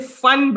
fun